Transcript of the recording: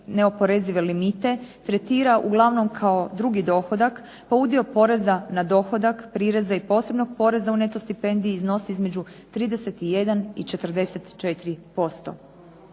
neoporezive limite tretira uglavnom kao drugi dohodak pa udio poreza na dohodak, prireza i posebnog poreza u neto stipendiji iznosi između 31 i 44%.